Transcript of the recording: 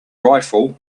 rifle